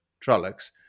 trollocs